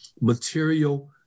material